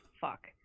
fuck